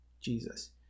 Jesus